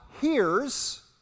hears